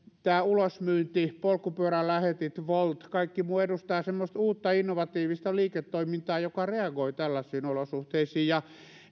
tämä ulosmyynti polkupyörälähetit wolt kaikki muu edustaa semmoista uutta innovatiivista liiketoimintaa joka reagoi tällaisiin olosuhteisiin ja